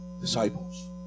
disciples